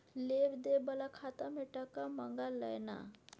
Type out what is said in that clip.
लेब देब बला खाता मे टका मँगा लय ना